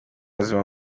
buzima